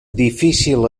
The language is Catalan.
difícil